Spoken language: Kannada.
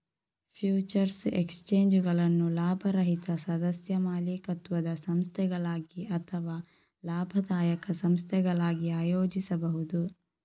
ಫ್ಯೂಚರ್ಸ್ ಎಕ್ಸ್ಚೇಂಜುಗಳನ್ನು ಲಾಭರಹಿತ ಸದಸ್ಯ ಮಾಲೀಕತ್ವದ ಸಂಸ್ಥೆಗಳಾಗಿ ಅಥವಾ ಲಾಭದಾಯಕ ಸಂಸ್ಥೆಗಳಾಗಿ ಆಯೋಜಿಸಬಹುದು